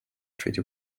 treaty